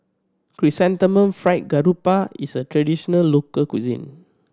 Chrysanthemum Fried Garoupa is a traditional local cuisine